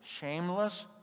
shameless